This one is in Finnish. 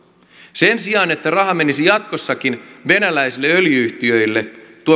sen sijaan että raha menisi jatkossakin venäläisille öljy yhtiöille tuo